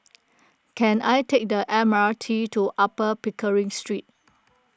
can I take the M R T to Upper Pickering Street